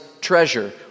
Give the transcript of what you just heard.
treasure